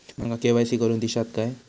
माका के.वाय.सी करून दिश्यात काय?